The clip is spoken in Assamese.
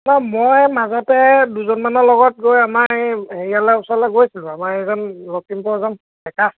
নহয় মই মাজতে দুজনমানৰ লগত গৈ আমাৰ এই হেৰিয়ালৰ ওচৰলৈ গৈছিলোঁ আমাৰ এজন লখিমপুৰ এজন